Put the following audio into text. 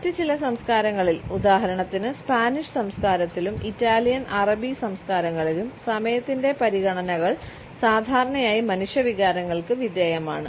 മറ്റ് ചില സംസ്കാരങ്ങളിൽ ഉദാഹരണത്തിന് സ്പാനിഷ് സംസ്കാരത്തിലും ഇറ്റാലിയൻ അറബി സംസ്കാരങ്ങളിലും സമയത്തിന്റെ പരിഗണനകൾ സാധാരണയായി മനുഷ്യ വികാരങ്ങൾക്ക് വിധേയമാണ്